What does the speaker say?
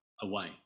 away